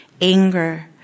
anger